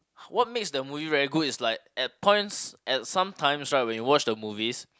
what makes the movie very good is like at points at sometime right when you watch the movies